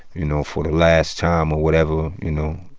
you know, for the last time or whatever, you know,